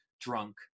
drunk